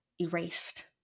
Erased